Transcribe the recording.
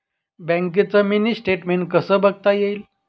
बँकेचं mini statement कसं बघता येईल?